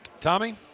Tommy